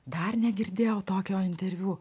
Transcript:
dar negirdėjau tokio interviu